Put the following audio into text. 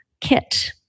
kit